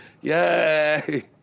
Yay